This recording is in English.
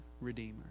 redeemer